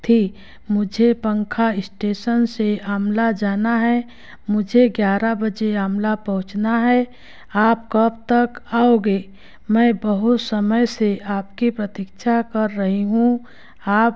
थी मुझे पंखा स्टेशन से आमला जाना है मुझे ग्यारह बजे आमला पहुँचना है आप कब तक आओगे मैं बहुत समय से आपकी प्रतीक्षा कर रही हूँ आप